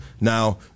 Now